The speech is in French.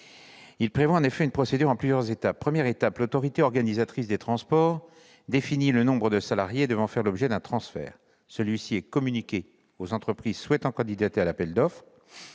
prévoit une procédure en plusieurs étapes. Première étape, l'autorité organisatrice de transport définit le nombre de salariés devant faire l'objet d'un transfert. Celui-ci est communiqué aux entreprises souhaitant candidater à l'appel d'offres.